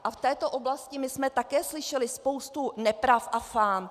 A v této oblasti jsme také slyšeli spoustu nepravd a fám.